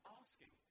asking